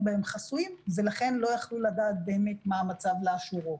בהם חסויים ולכן הם לא יכלו לדעת באמת מה המצב לאשורו.